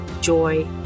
joy